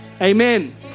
Amen